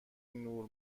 نور